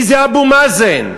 מי זה אבו מאזן?